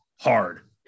hard